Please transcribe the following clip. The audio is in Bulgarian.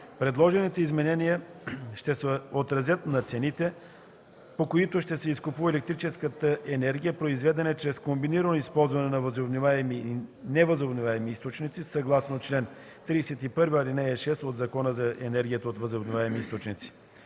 Предложените изменения ще се отразят на цените, по които ще се изкупува електрическата енергия, произведена чрез комбинирано използване на възобновяеми и невъзобновяеми източници съгласно чл. 31, ал. 6 от Закона за енергията от възобновяемите източници.